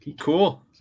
Cool